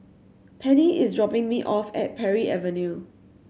Pennie is dropping me off at Parry Avenue